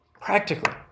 practically